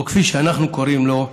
או כפי שאנחנו קוראים לו,